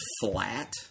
flat